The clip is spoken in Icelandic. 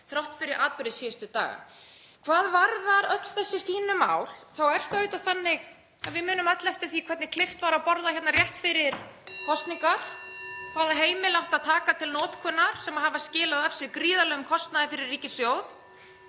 þrátt fyrir atburði síðustu daga. Hvað varðar öll þessi fínu mál þá er það auðvitað þannig að við munum öll eftir því hvernig klippt var á borða hérna rétt fyrir kosningar, (Forseti hringir.) hvaða heimili átti að taka til notkunar sem hafa skilað af sér gríðarlegum kostnaði fyrir ríkissjóð.